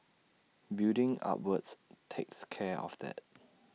building upwards takes care of that